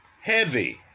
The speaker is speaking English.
heavy